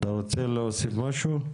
אתה רוצה להוסיף משהו?